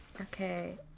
Okay